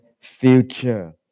future